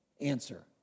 answer